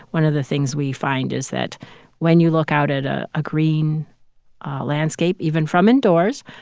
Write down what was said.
one of the things we find is that when you look out at a ah green landscape, even from indoors,